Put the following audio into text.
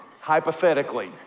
Hypothetically